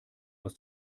aus